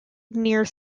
near